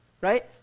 right